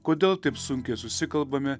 kodėl taip sunkiai susikalbame